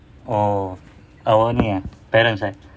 oh our ni eh parents eh